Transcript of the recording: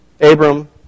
Abram